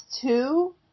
two –